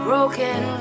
Broken